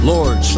Lord